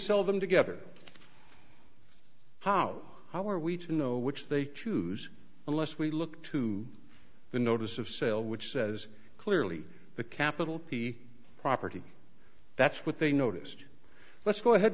sell them together how how are we to know which they choose unless we look to the notice of sale which says clearly the capital p property that's what they noticed let's go ahead